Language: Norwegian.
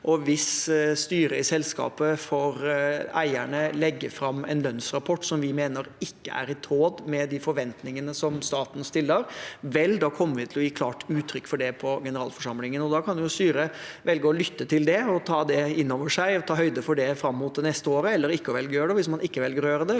Hvis styret i selskapet legger fram en lønnsrapport for eierne som vi mener ikke er i tråd med de forventningene som staten stiller, kommer vi til å gi klart uttrykk for det på generalforsamlingen. Da kan styret velge å lytte til det, ta det inn over seg og ta høyde for det fram mot det neste året, eller velge ikke å gjøre det. Hvis man velger ikke å gjøre det